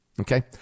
okay